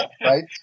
right